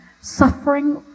suffering